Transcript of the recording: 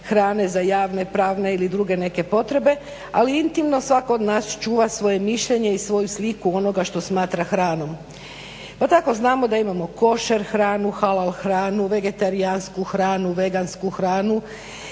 hrane za javne, prave ili neke druge potrebe ali intimno svako od nas čuva svoje mišljenje i svoju sliku onoga što smatra hranom. Pa tako znamo da imamo košar hranu, halal hranu, vegetarijansku hranu, vegansku hranu